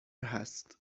هست